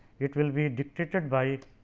it will be dictated by